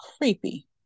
creepy